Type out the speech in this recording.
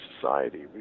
society